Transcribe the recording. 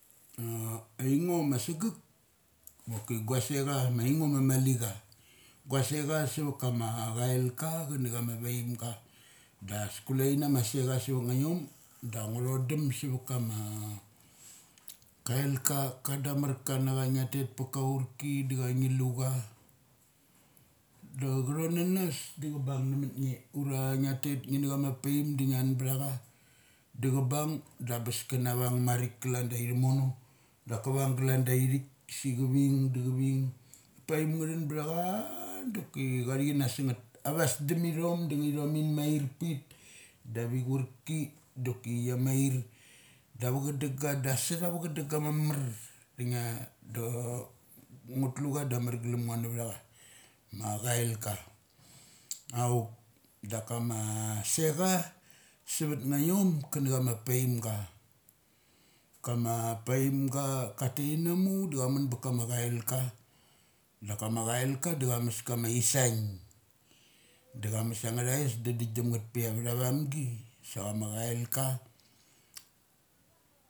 aingoma sagek, maki gua secha ma aingo mali cha. Gu secha savat kama a chail ka kana cham vaimga. Das kule inama secha savat ngathon. Da ngu tho dum savat kama kailka ka da marka nacha. Ngia tet pa kaurki da cha ngi lucha, da chathon nanas da cha vung nummunge. Ure ngra tet ngi na chama parm dangian bitha cha, da cha bung da bes kana vung marik kalan daithimono dark kavang glan da ithik si cha ving, gachaving. Paim nge thuntha ana cha doki che thik kana sungngeth. Avas dum ithong da ngithom inmair pit doki avichurki doki chiamain da ava chadungga da a seuth ara chudunga ga mamar. Dangia drum kivi cha da amargum ngo navtha cha. Ma chailka. Auk dakama secha suvat am un kuna chamapaimga. Kama paimga ka taith inamuk da cha munba kama chailka da kams cailka da cha mes kama aisang. Da cha mes angngathais da dik dum ngeth peia avamgi sa chama chaika